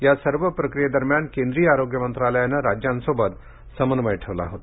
या सर्व प्रक्रियेदरम्यान केंद्रीय आरोग्य मंत्रालयानं राज्यांसोबत समन्वय ठेवला होता